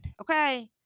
okay